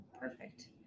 perfect